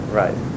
right